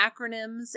acronyms